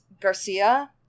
Garcia